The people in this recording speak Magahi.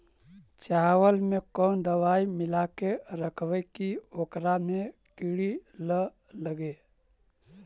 चावल में कोन दबाइ मिला के रखबै कि ओकरा में किड़ी ल लगे?